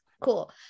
Cool